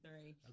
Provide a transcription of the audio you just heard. three